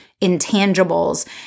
intangibles